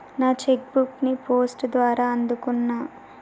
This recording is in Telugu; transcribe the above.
నా చెక్ బుక్ ని పోస్ట్ ద్వారా అందుకున్నా